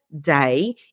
day